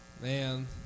Man